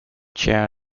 chair